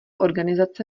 organizace